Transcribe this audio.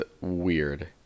weird